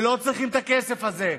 שלא צריכים את הכסף הזה,